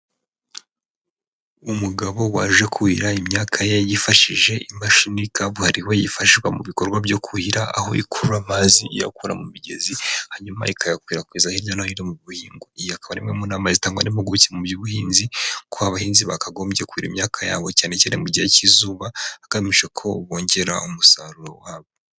Umugabo waje kuhira imyaka ye yifashishije imashini kabuhariwe yifashishwa mu bikorwa byo kuhira aho ikura amazi iyakura mu migezi, hanyuma ikayakwirakwizwa hirya no hino mu guhinga, iyi ikaba imwe mu nama zitangwa n'impuguke mu by'ubuhinzi ko abahinzi bakagombye kuhira imyaka yabo cyane cyane mu gihe k'izuba, hagamije ko bongera umusaruro wabo.